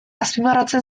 azpimarratzen